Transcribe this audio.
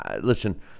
listen